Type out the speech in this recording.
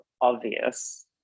obvious